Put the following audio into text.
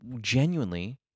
genuinely